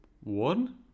one